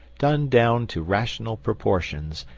done down to rational proportions,